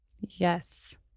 Yes